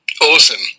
Awesome